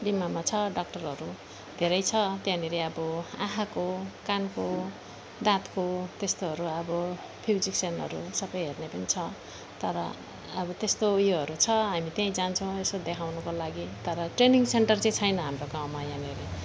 डिमामा छ डक्टरहरू धेरै छ त्यहाँनेरि अब आँखाको कानको दाँतको त्यस्तोहरू अब फिजिसियनहरू सबै हेर्ने पनि छ तर अब त्यस्तो ऊ योहरू छ हामी त्यहीँ जान्छौँ यसो देखाउनुको लागि तर ट्रेनिङ सेन्टर चाहिँ छैन हाम्रो गाउँमा यहाँनेरि